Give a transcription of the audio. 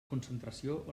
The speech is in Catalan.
concentració